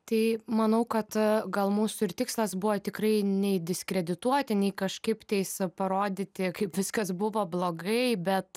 tai manau kad gal mūsų ir tikslas buvo tikrai nei diskredituoti nei kažkaip tais parodyti kaip viskas buvo blogai bet